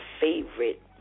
favorite